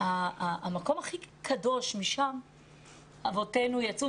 המקום הכי קדוש משם אבותינו יצאו,